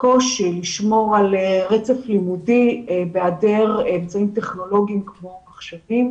הקושי לשמור על רצף לימודי בהיעדר אמצעים טכנולוגיים כמו מחשבים,